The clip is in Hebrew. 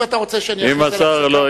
אם אתה רוצה שאני אכריז על הפסקה, לא.